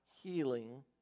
healing